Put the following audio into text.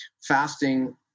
fasting